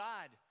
God